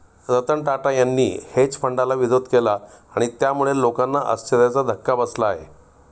रतन टाटा यांनी हेज फंडाला विरोध केला आणि त्यामुळे लोकांना आश्चर्याचा धक्का बसला आहे